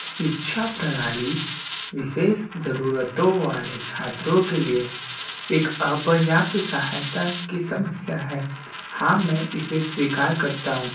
शिक्षा प्रणाली विशेष जरूरतों वाले छात्रों के लिए एक अपर्याप्त सहायता की समस्या है हाँ मैं इसे स्वीकार करता हूँ